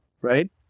right